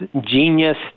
genius